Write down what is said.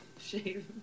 Shave